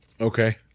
Okay